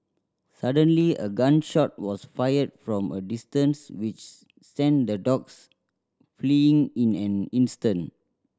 suddenly a gun shot was fired from a distance which sent the dogs fleeing in an instant